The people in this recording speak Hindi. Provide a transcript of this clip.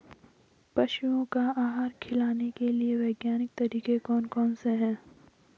पशुओं को आहार खिलाने के लिए वैज्ञानिक तरीके कौन कौन से हैं?